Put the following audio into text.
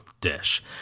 dish